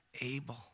Abel